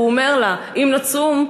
והוא אומר לה: אם נצום,